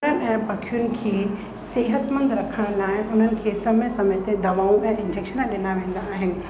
ऐं पखियुनि खे सेहतमंद रखण लाइ उन खे समय समय ते दवाऊं ऐं इंजैक्शन ॾिना वेंदा आहिनि